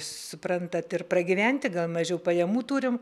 suprantat ir pragyventi gal mažiau pajamų turim